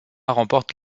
remporte